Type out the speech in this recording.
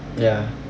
ya